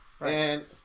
and-